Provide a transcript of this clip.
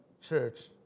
church